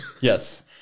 Yes